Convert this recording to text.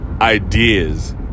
ideas